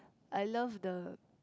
I love the